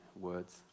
words